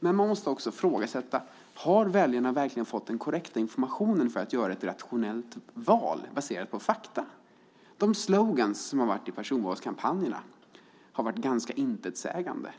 Men man måste också ifrågasätta: Har väljarna verkligen fått den korrekta informationen för att kunna göra ett rationellt val, baserat på fakta? De sloganer som har förekommit i personvalskampanjerna har varit ganska intetsägande.